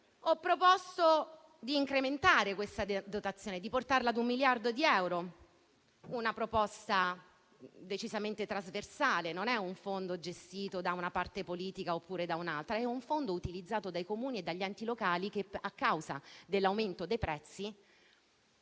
Ho proposto, allora, di incrementare questa dotazione, portandola a un miliardo di euro, una proposta decisamente trasversale: non è un fondo gestito da una parte politica oppure da un'altra, ma è un fondo utilizzato dai Comuni e dagli enti locali che, a causa dell'aumento dei prezzi,